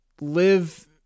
Live